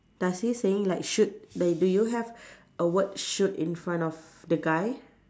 does he saying like shoot do do you have a word shoot in front of the guy